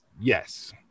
yes